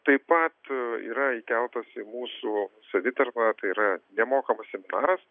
taip pat yra įkeltas į mūsų savitarną tai yra nemokamas seminaras